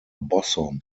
bosom